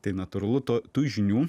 tai natūralu to tų žinių